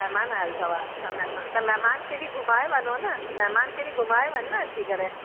महिमान आयल अथव अच्छा महिमान त महिमान खे बि घुमाए वञो न महिमान खे बि घुमाए वञ न अची करे